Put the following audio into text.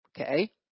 Okay